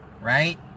right